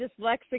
dyslexic